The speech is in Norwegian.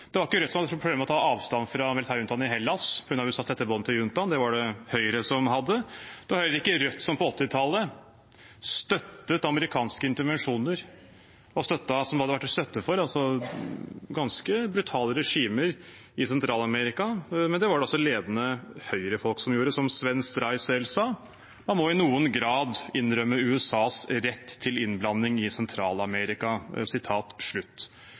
Det var ikke Rødt som hadde problemer med å ta avstand fra militærjuntaen i Hellas på grunn av USAs tette bånd til juntaen, det var det Høyre som hadde. Det var heller ikke Rødt som på 1980-tallet støttet amerikanske intervensjoner som hadde vært til støtte for ganske brutale regimer i Sentral-Amerika, det var det ledende Høyre-folk som gjorde. Som Svenn Stray selv sa, man måtte i noen grad innrømme USAs rett til innblanding i